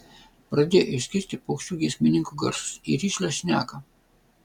pradėjo išskirti paukščių giesmininkų garsus į rišlią šneką